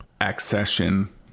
accession